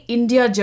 India